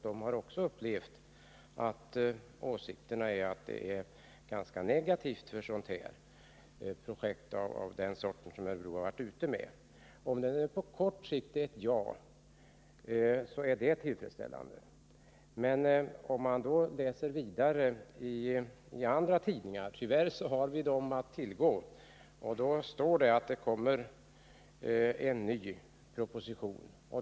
De har också belagt att åsikterna är negativa till projekt av den sort som man haft i Örebro. Om det nu på kort sikt är ett ja är det tillfredsställande. Men om man läser vidare i andra tidningar — tyvärr är det dem vi har att tillgå — finner man att det står att det kommer en ny proposition.